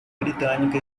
britânica